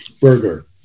Burger